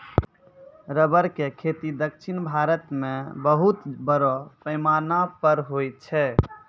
rubber के खेती दक्षिण भारत मॅ बहुत बड़ो पैमाना पर होय छै